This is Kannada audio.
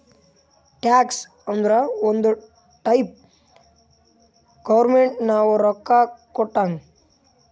ಟ್ಯಾಕ್ಸ್ ಅಂದುರ್ ಒಂದ್ ಟೈಪ್ ಗೌರ್ಮೆಂಟ್ ನಾವು ರೊಕ್ಕಾ ಕೊಟ್ಟಂಗ್